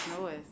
noise